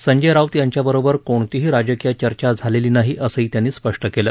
संजय राऊत यांच्याबरोबर कोणतीही राजकीय चर्चा झालेली नाही असंही त्यांनी स्पष्ट केलं